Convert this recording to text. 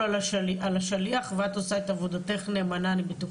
על השליח ואת עושה את עבודתך נאמנה אני בטוחה,